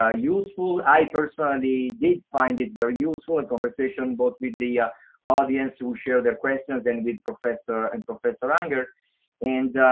ah useful. i personally did find it very useful, conversation but with the audience who shared their questions and with professor and professor unger and